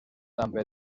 també